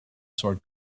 sword